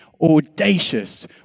audacious